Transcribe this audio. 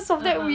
a'ah